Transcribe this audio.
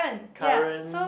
current